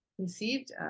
Conceived